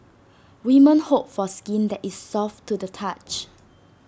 women hope for skin that is soft to the touch